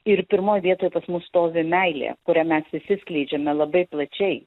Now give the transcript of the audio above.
ir pirmoj vietoj pas mus stovi meilė kurią mes visi skleidžiame labai plačiai